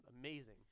amazing